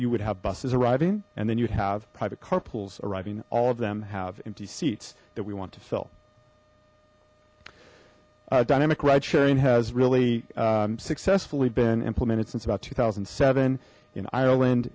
you would have buses arriving and then you have private car pools arriving all of them have empty seats that we want to fill dynamic ride sharing has really successfully been implemented since about two thousand and seven in ireland